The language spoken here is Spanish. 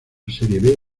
serie